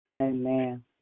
Amen